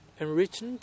enriched